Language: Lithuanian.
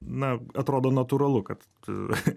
na atrodo natūralu kad